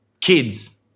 kids